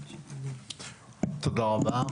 תודה רבה.